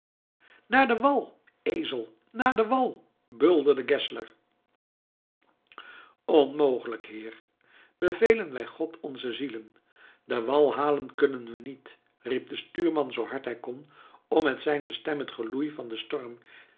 naar den wal ezel naar den wal bulderde geszler onmogelijk heer bevelen wij god onze zielen den wal halen kunnen we niet riep de stuurman zoo hard hij kon om met zijne stem het geloei van den storm